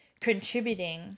contributing